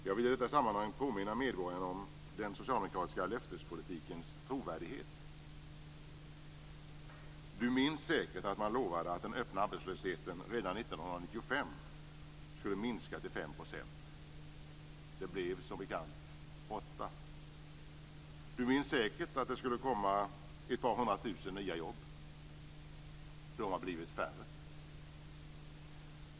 Jag vill i detta sammanhang påminna medborgarna om den socialdemokratiska löftespolitikens trovärdighet. Ni minns säkert att man lovade att den öppna arbetslösheten redan 1995 skulle minska till 5 %. Det blev som bekant 8 %. Ni minns säkert att det skulle komma ett par hundra tusen nya jobb. De har blivit färre.